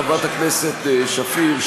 חברת הכנסת שפיר,